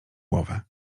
głowę